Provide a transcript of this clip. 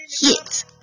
hit